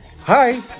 Hi